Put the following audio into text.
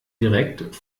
direkt